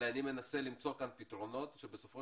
אלא אני מנסה למצוא כאן פתרונות שבסופו